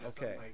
Okay